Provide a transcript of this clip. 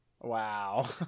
Wow